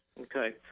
Okay